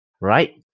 right